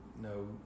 no